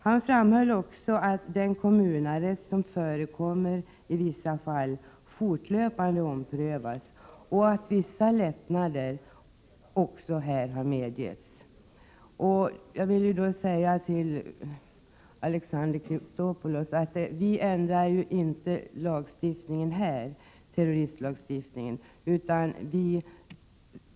Han framhöll också att den kommunarrest, som i vissa fall förekommer, fortlöpande omprövas och att vissa lättnader också har medgetts. Vi diskuterar ju i dag inte en ändring av terroristlagen, Alexander Chrisopoulos.